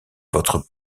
votre